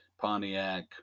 Pontiac